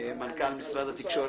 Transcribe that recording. מנכ"ל משרד התקשורת.